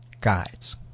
guides